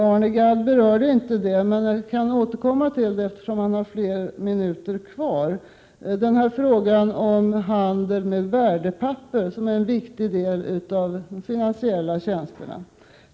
Arne Gadd berörde inte dem, men jag återkommer, eftersom han har flera minuters debattid kvar. Jag kan nämna frågan om handeln med värdepapper, som är en viktig del av de finansiella tjänsterna.